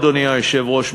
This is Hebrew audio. אדוני היושב-ראש,